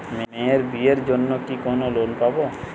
মেয়ের বিয়ের জন্য কি কোন লোন পাব?